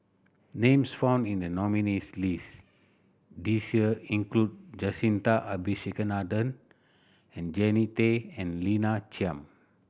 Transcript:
names found in the nominees' list this year include Jacintha Abisheganaden and Jannie Tay and Lina Chiam